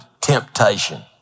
temptation